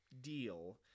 deal